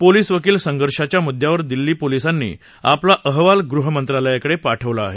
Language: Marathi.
पोलिस वकील संघर्षाच्या मुद्यावर दिल्ली पोलिसांनी आपला अहवाल गृह मंत्रालयाकडे सादर केला आहे